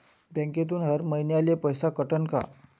बँकेतून हर महिन्याले पैसा कटन का?